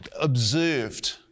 observed